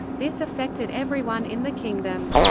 this affected everyone in the kingdom.